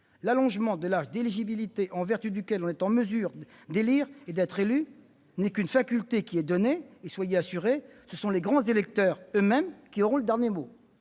l'alignement de l'âge d'éligibilité en vertu duquel on est mesure d'élire et d'être élu n'est qu'une faculté qui est donnée ; soyez rassurés, ce sont les grands électeurs qui auront le dernier mot